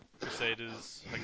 crusaders